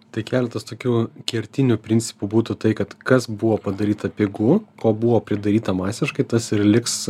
tai keletas tokių kertinių principų būtų tai kad kas buvo padaryta pigu ko buvo pridaryta masiškai tas ir liks